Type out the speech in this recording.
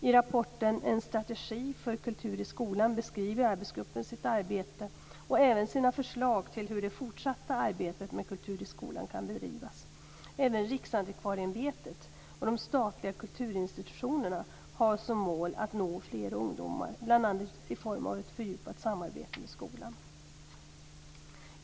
I rapporten En strategi för kultur i skolan beskriver arbetsgruppen sitt arbete och även sina förslag till hur det fortsatta arbetet med kultur i skolan kan bedrivas. Även Riksantikvarieämbetet och de statliga kulturinstitutionerna har som mål att nå fler ungdomar, bl.a. i form av ett fördjupat samarbete med skolan.